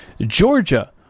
Georgia